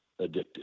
addictive